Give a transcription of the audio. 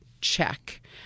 check